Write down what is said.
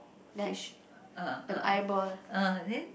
fish ah ah ah then